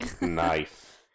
Nice